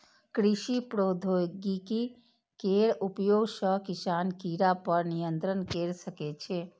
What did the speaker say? कृषि प्रौद्योगिकी केर उपयोग सं किसान कीड़ा पर नियंत्रण कैर सकै छै